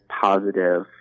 positive